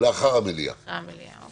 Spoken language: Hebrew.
כמו שאמר יואב לא יהיה אופוזיציה-קואליציה.